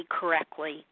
correctly